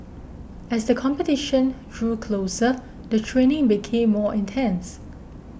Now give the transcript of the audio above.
as the competition drew closer the training became more intense